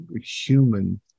human